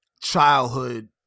childhood